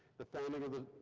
the founding of ah